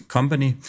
Company